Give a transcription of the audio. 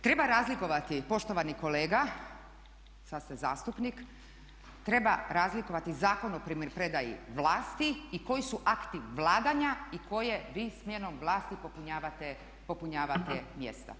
Treba razlikovati poštovani kolega sad ste zastupnik, treba razlikovati Zakon o primopredaji vlasti i koji su akti vladanja i koje vi smjenom vlasti popunjavate mjesta.